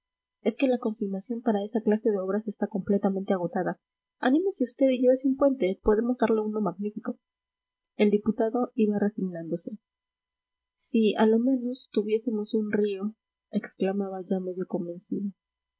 es que la consignación para esa clase de obras está completamente agotada anímese usted y llévese un puente podemos darle uno magnífico el diputado iba resignándose si a lo menos tuviésemos un río exclamaba ya medio convencido